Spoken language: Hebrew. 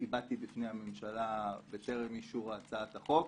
הבעתי בפני הממשלה בטרם אישור הצעת החוק.